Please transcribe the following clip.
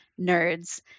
nerds